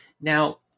Now